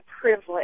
privilege